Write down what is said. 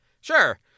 sure